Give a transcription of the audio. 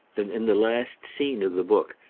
than in the last scene of the book,